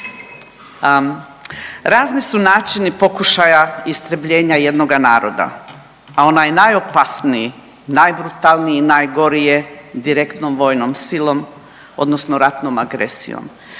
Razni su načini pokušaja istrebljenja jednoga naroda, a onaj najopasniji, najbrutalniji, najgori je direktnom vojnom silom odnosno ratnom agresijom.